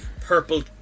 purple